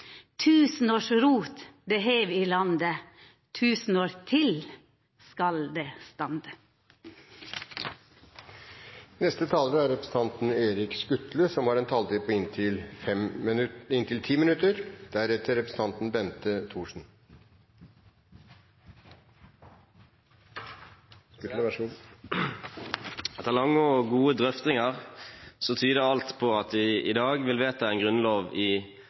Tusen års rot det hev i landet, Tusen år til så skal det stande.» Etter lange og gode drøftinger tyder alt på at vi i dag vil vedta en grunnlov i